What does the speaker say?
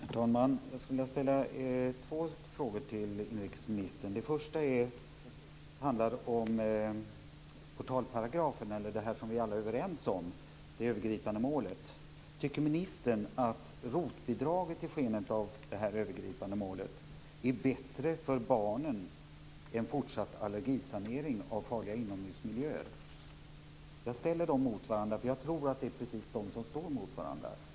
Herr talman! Jag skulle vilja ställa två frågor till inrikesministern. Första frågan gäller det vi alla är överens om i portalparagrafen, nämligen det övergripande målet. Tycker ministern att ROT-bidraget, i skenet av det övergripande målet, är bättre för barnen än fortsatt allergisanering av farliga inomhusmiljöer? Jag ställer dessa två saker mot varandra då jag tror att de faktiskt står mot varandra.